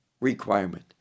requirement